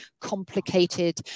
complicated